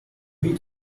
eat